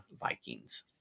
Vikings